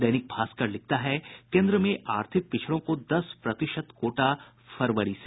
दैनिक भास्कर लिखता है केंद्र में आर्थिक पिछड़ों को दस प्रतिश कोटा फरवरी से